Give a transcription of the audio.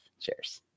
Cheers